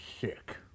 sick